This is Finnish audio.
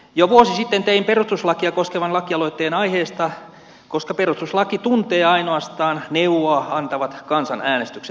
jo vuosi sitten tein perustuslakia koskevan lakialoitteen aiheesta koska perustuslaki tuntee ainoastaan neuvoa antavat kansanäänestykset